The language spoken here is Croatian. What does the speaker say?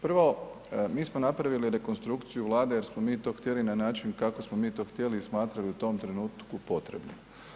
Prvo, mi smo napravili rekonstrukciju Vlade jer smo mi to htjeli na način kako smo mi to htjeli i smatrali u tom trenutku potrebnim.